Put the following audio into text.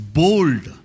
bold